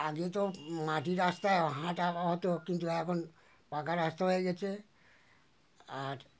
আগে তো মাটির রাস্তায় হাঁটা হতো কিন্তু এখন পাকা রাস্তা হয়ে গেছে আর